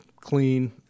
clean